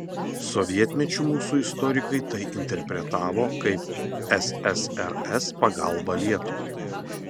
sovietmečiu mūsų istorikai tai interpretavo kaip ssrs pagalbą lietuvai